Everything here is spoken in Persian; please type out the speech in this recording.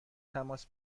تماس